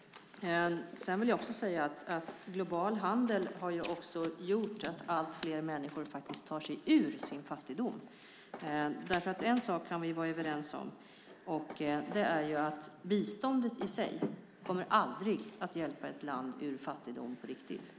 Sedan vill jag också säga att global handel har gjort att allt fler människor tar sig ur sin fattigdom. En sak kan vi vara överens om, och det är att biståndet i sig aldrig kommer att hjälpa ett land ur fattigdom på riktigt.